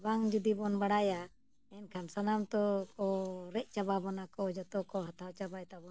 ᱵᱟᱝ ᱡᱩᱫᱤ ᱵᱚᱱ ᱵᱟᱲᱟᱭᱟ ᱮᱱᱠᱷᱟᱱ ᱥᱟᱱᱟᱢ ᱛᱚ ᱠᱚ ᱨᱮᱡ ᱪᱟᱵᱟ ᱵᱚᱱᱟ ᱠᱚ ᱡᱚᱛᱚᱠᱚ ᱦᱟᱛᱟᱣ ᱪᱟᱵᱟᱭ ᱛᱟᱵᱚᱱᱟ